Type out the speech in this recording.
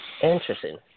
Interesting